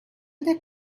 that